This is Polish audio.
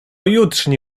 jutrzni